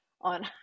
on